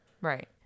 Right